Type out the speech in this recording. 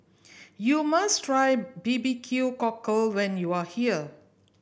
you must try B B Q Cockle when you are here